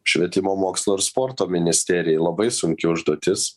švietimo mokslo ir sporto ministerijai labai sunki užduotis